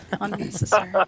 Unnecessary